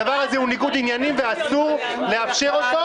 והדבר הזה הוא ניגוד עניינים ואסור לאפשר אותו.